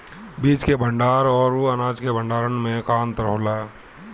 बीज के भंडार औरी अनाज के भंडारन में का अंतर होला?